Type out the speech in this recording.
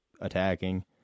attacking